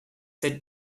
sit